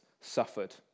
suffered